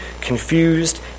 confused